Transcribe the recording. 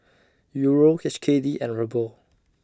Euro H K D and Ruble